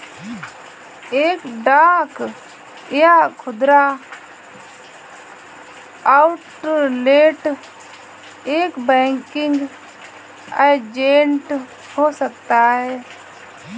एक डाक या खुदरा आउटलेट एक बैंकिंग एजेंट हो सकता है